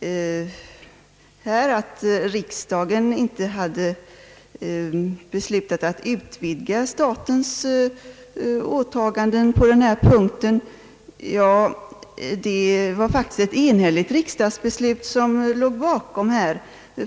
i svaret att riksdagen i fjol hade beslutat att inte utvidga statens åtaganden på denna punkt. Ja, det var faktiskt ett enhälligt riksdagsbeslut.